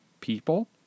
people